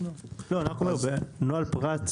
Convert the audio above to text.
נוהל פר"ת,